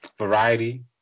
variety